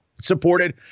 supported